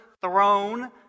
throne